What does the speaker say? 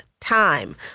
time